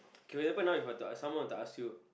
okay will happen now If I someone where to ask you